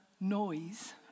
noise